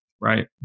right